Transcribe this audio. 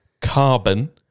carbon